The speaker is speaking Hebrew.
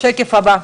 בשקף הבא,